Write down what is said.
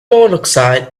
monoxide